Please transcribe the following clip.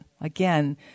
again